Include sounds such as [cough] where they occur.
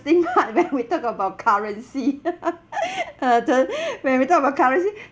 part when we talk about currency [laughs] uh the [breath] when we talk about currency